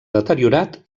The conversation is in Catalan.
deteriorat